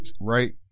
Right